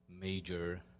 major